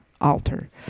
altar